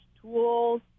tools